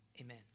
amen